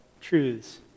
truths